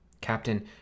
Captain